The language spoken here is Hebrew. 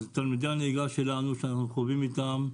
אז תלמידי הנהיגה שלנו שאנחנו קובעים איתם,